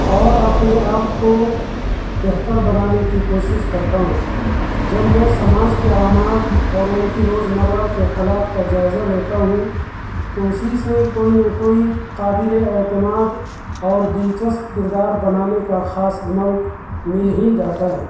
اور اپنے آپ کو بہتر بنانے کی کوشش کرتا ہوں جب میں سماج کے اعمال اور ان کی روزمرّہ کے حالات کا جائزہ لیتا ہوں تو اسی سے کوئی نہ کوئی قابلِ اعتماد اور دلچسپ کردار بنانے کا خاص عمل مل ہی جاتا ہے